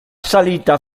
salita